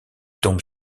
tombe